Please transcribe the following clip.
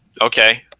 okay